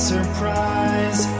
Surprise